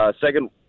second